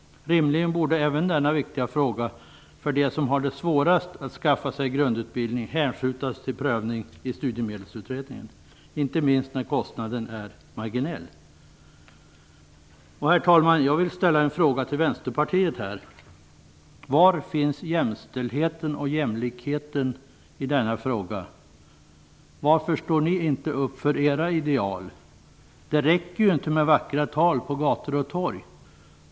Rimligen borde även denna fråga som är så viktig för dem som har det svårast att skaffa sig grundutbildning hänskjutas till prövning i studiemedelsutredningen. Inte minst eftersom kostnaden är marginell. Herr talman! Jag vill fråga vänsterpartiet: Var finns jämställdheten och jämlikheten i denna fråga? Varför står ni inte upp för era ideal? Det räcker inte med vackra tal på gator och torg.